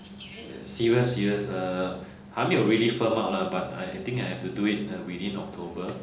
serious serious uh 还没有 really firm out lah but I think I have to do it within october